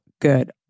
good